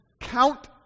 count